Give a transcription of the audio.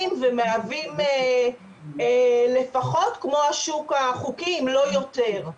ומהווים לפחות כמו השוק החוקי אם לא יותר.